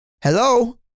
hello